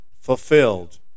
fulfilled